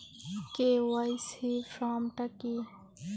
KYC form টা কি?